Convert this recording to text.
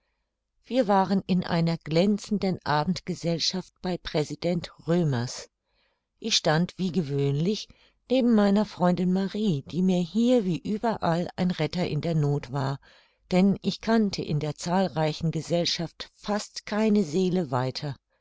wir waren in einer glänzenden abendgesellschaft bei präsident römers ich stand wie gewöhnlich neben meiner freundin marie die mir hier wie überall ein retter in der noth war denn ich kannte in der zahlreichen gesellschaft fast keine seele weiter